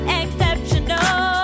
exceptional